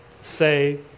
say